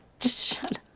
just shut